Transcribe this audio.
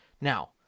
Now